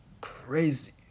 crazy